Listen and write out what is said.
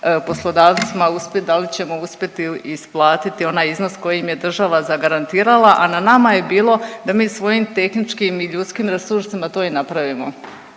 poslodavcima uspjet, dal ćemo uspjet isplatit onaj iznos koji im je država zagarantirala. A na nama je bilo da mi svojim tehničkim i ljudskim resursima to i napravimo